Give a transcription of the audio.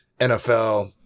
NFL